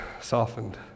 softened